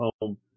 home